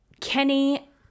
Kenny